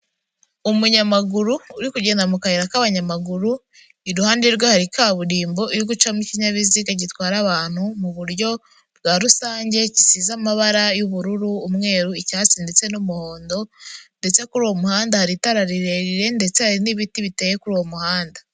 Umunyamaguru, uri kugenda mu kayira k'abanyamaguru, iruhande rwe hari kaburimbo, iri gucamo ikinyabiziga gitwara abantu mu buryo bwa rusange, gisize amabara y'ubururu, umweru, icyatsi ndetse n'umuhondo, ndetse kuri uwo muhanda hari itara rirerire, ndetse hari n'ibiti biteye kuri uwo muhanda.